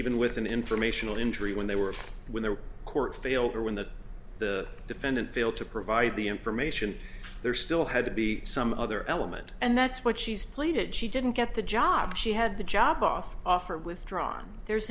even with an informational injury when they were when the court failed or when the the defendant failed to provide the information they're still had to be some other element and that's what she's played it she didn't get the job she had the job offer offer withdrawn there's